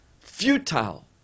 Futile